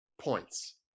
points